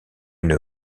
une